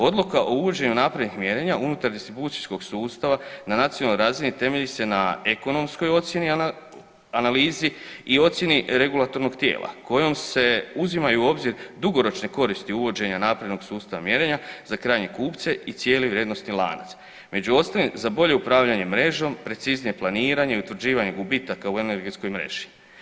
Odluka o uvođenju naprednih mjerenja unutar distribucijskog sustava na nacionalnoj razini temelji se na ekonomskoj ocjeni analizi i ocjeni regulatornog tijela kojom se uzima u obzir dugoročne koristi uvođenja naprednog sustava mjerenja za krajnje kupce i cijeli vrijednosni lanac, među ostalim za bolje upravljanje mrežom, preciznije planiranje i utvrđivanje gubitaka u energetskoj mreži.